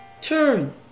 turn